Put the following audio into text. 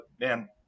man